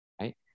right